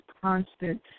constant